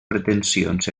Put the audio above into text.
pretensions